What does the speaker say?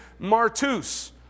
martus